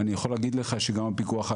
אני יכול להגיד לך שגם הפיקוח על